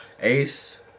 Ace